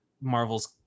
Marvel's